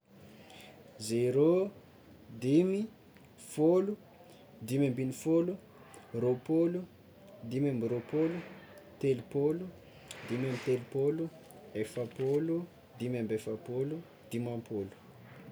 Zero, dimy, folo, dimy ambin'ny fôlo, rôpolo, dimy ambirôpôlo, telopôlo, dimy ambitelopôlo, efapôlo, dimy ambiefapôlo, dimampôlo.